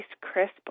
crisp